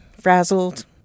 frazzled